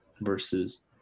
versus